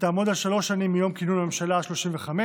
ותעמוד על שלוש שנים מיום כינון הממשלה השלושים-וחמש,